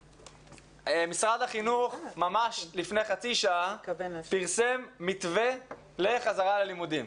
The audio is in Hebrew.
משרד החינוך ממש לפני חצי שעה פרסם מתווה לחזרה ללימודים.